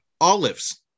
olives